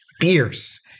fierce